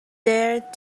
dared